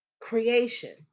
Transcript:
creation